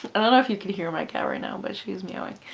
i don't know if you could hear my cat right now but she's meowing,